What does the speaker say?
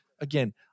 again